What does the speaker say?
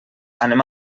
anem